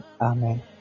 Amen